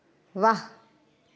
वाह्